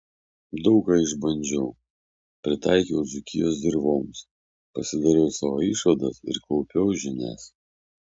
daug ką išbandžiau pritaikiau dzūkijos dirvoms pasidariau savo išvadas ir kaupiau žinias